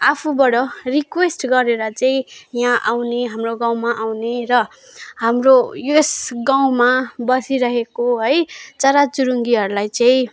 आफूबाट रिक्वेस्ट गरेर चाहिँ यहाँ आउने हाम्रो गाउँमा आउने र हाम्रो यस गाउँमा बसिरहेको है चराचुरुङ्गीहरलाई चाहिँ